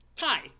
Hi